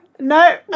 No